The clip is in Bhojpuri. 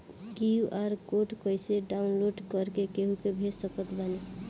क्यू.आर कोड कइसे डाउनलोड कर के केहु के भेज सकत बानी?